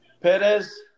Perez